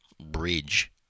bridge